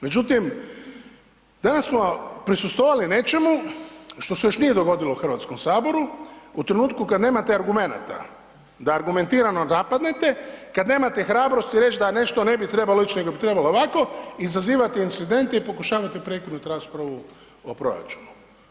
Međutim, danas smo prisustvovali nečemu što se još nije dogodilo u Hrvatskom saboru u trenutku kad nemate argumenata da argumentirano napadnete, kad nemate hrabrosti reći da je nešto ne bi trebalo ići nego bi trebalo ovako, izazivate incidente i pokušavate prekinut raspravu o proračunu.